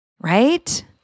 right